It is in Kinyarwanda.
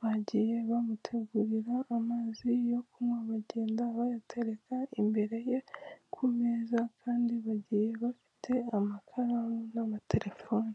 bagiye bamutegurira amazi yo kunywa bagenda bayatereka imbere ye ku meza kandi bagiye bafite amakaramu n'amaaterefone.